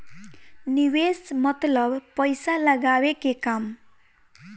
निवेस मतलब पइसा लगावे के काम